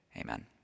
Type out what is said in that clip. Amen